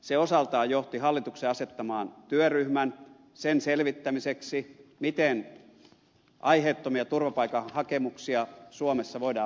se osaltaan johti hallituksen asettamaan työryhmän sen selvittämiseksi miten aiheettomia turvapaikkahakemuksia suomessa voidaan vähentää